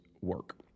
work